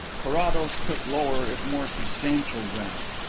carrados took lower, if more substantial, ground.